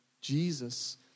Jesus